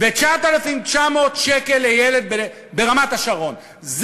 ו-9,900 שקל לילד ברמת-השרון.